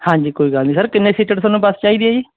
ਹਾਂਜੀ ਕੋਈ ਗੱਲ ਨਹੀਂ ਸਰ ਕਿੰਨੇ ਸੀਟਰ ਤੁਹਾਨੂੰ ਬੱਸ ਚਾਹੀਦੀ ਹੈ ਜੀ